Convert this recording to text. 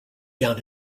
down